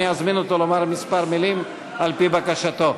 אני אזמין אותו לומר כמה מילים על-פי בקשתו.